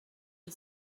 you